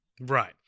Right